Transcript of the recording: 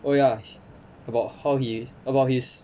oh ya about how he about his